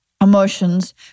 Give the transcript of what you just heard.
emotions